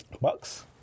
Bucks